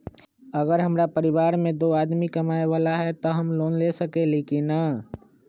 अगर हमरा परिवार में दो आदमी कमाये वाला है त हम लोन ले सकेली की न?